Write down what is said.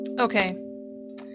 okay